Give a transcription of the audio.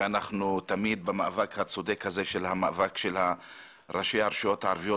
ואנחנו תמיד במאבק הצודק הזה של ראשי הרשויות הערביות.